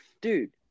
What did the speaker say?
dude